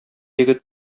егет